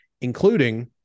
including